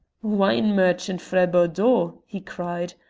wine merchant frae bordeaux! he cried.